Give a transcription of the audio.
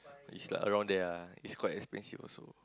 it's like around there ah it's quite expensive also